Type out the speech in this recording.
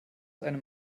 einem